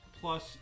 plus